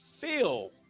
feel